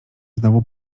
znowu